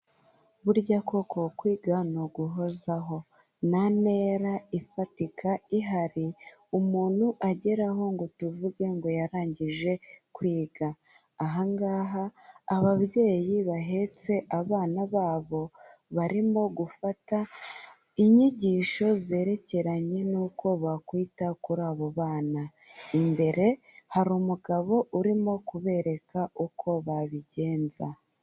Burya koko kwiga ni uguhozaho, nta ntera ifatika ihari umuntu ageraho ngo tuvuge ngo yarangije kwiga, aha ngaha ababyeyi bahetse abana babo barimo gufata inyigisho zerekeranye n'uko bakwita kuri abo bana, imbere hari umugabo urimo kubereka uko babigenza.